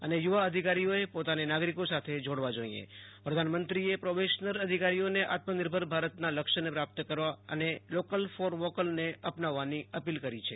અને યુવા અધિકારીઓએ પોતાને નાગરિકો સાથે જોડવા જોઈએ પ્રધાનમંત્રીએ પ્રોબેશનર અધિકારીઓને આત્મનિર્ભર ભારતના લક્ષ્યને પ્રાપ્ત કરવા અને લોકલ ફોર વોકલને અપનાવવાની અપીલ કરી છે